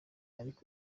ariko